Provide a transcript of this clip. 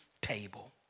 table